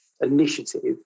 initiative